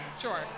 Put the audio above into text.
Sure